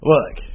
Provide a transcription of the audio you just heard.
Look